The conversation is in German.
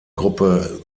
gruppe